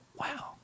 wow